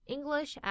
English